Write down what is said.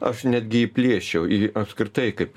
aš netgi jį plėsčiau į apskritai kaip